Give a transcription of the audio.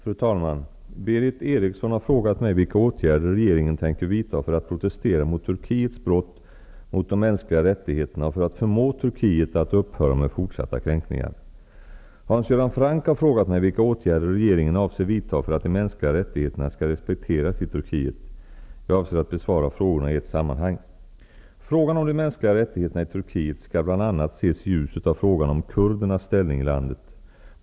Fru talman! Berith Eriksson har frågat mig vilka åtgärder regeringen tänker vidta för att protestera mot Turkiets brott mot de mänskliga rättigheterna och för att förmå Turkiet att upphöra med fortsatta kränkningar. Hans Göran Franck har frågat mig vilka åtgärder regeringen avser vidta för att de mänskliga rättigheterna skall respekteras i Turkiet. Jag avser att besvara frågorna i ett sammanhang. Frågan om de mänskliga rättigheterna i Turkiet skall bl.a. ses i ljuset av frågan om kurdernas ställning i landet.